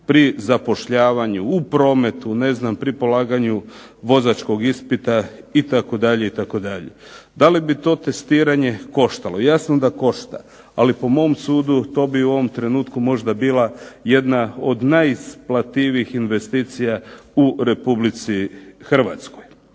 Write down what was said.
pri zapošljavanju, u prometu, ne znam pri polaganju vozačkog ispita itd. itd. Da li bi to testiranje koštalo? Jasno da košta, ali po mom sudu to bi u ovom trenutku možda bila jedna od najisplativijih investicija u Republici Hrvatskoj.